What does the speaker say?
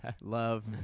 love